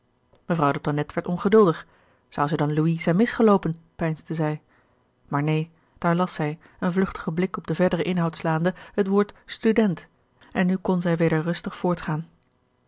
mevrouw de tonnette werd ongeduldig zou zij dan louis zijn misgeloopen peinsde zij maar neen daar las zij een vluchtigen blik op den verderen inhoud slaande het woord student en nu kon zij wedeï rustig